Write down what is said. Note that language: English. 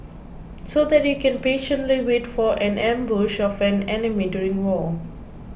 so that you can patiently wait for an ambush of an enemy during war